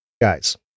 guys